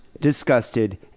disgusted